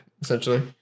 Essentially